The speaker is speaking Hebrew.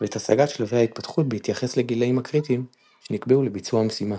ואת השגת שלבי ההתפתחות בהתייחס לגילאים הקריטיים שנקבעו לביצוע המשימה.